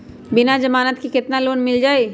बिना जमानत के केतना लोन मिल जाइ?